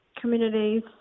communities